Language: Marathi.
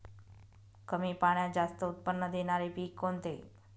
कमी पाण्यात जास्त उत्त्पन्न देणारे पीक कोणते?